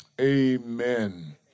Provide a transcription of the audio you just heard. Amen